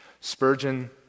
Spurgeon